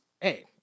hey